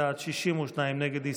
46 בעד, 62 נגד.